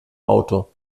auto